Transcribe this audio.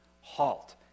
halt